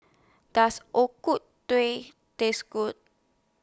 Does O Ku Tueh Taste Good